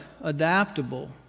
adaptable